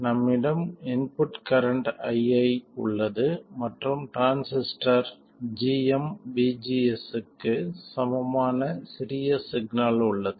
நம்மிடம் input current ii உள்ளது மற்றும் டிரான்சிஸ்டர் gmvgs க்கு சமமான சிறிய சிக்னல் உள்ளது